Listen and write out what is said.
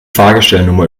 fahrgestellnummer